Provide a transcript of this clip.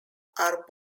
are